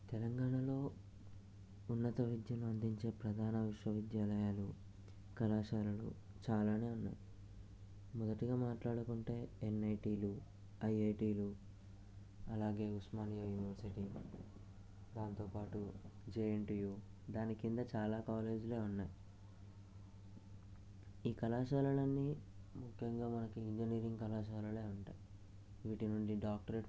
తెలంగాణలో ఉన్నతవిద్యను అందించే ప్రధాన విశ్వవిద్యాలయాలు కళాశాలలు చాలా ఉన్నాయి మొదటిగా మాట్లాడకుంటే ఎన్ఐటీలు ఐఐటీలు అలాగే ఉస్మానియా యూనివర్సిటీ దాంతోపాటు జెఎన్టీయు దాని కింద చాలా కాలేజీలు ఉన్నాయి ఈ కళాశాలలు అన్నీ ముఖ్యంగా మనకి ఇంజనీరింగ్ కళాశాలలు ఉంటాయి వీటి నుండి డాక్టరేట్